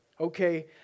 okay